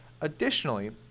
Additionally